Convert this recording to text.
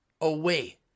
away